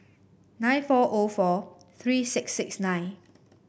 nine four O four three six six nine